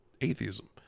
atheism